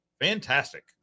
Fantastic